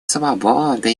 свободы